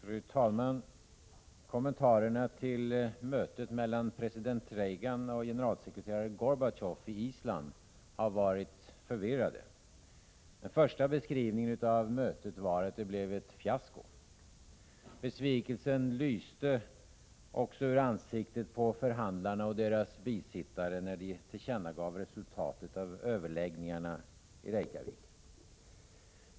Fru talman! Kommentarerna till mötet mellan president Reagan och generalsekreterare Gorbatjov i Island har varit förvirrade. Den första beskrivningen av mötet var att det blev fiasko. Besvikelsen lyste också ur ansiktet på förhandlarna och deras bisittare, när de tillkännagav resultatet av överläggningarna i Reykjavik.